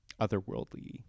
otherworldly